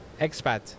expat